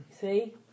See